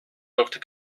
doctor